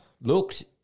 looked